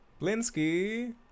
Blinsky